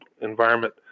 environment